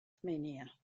tasmania